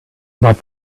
but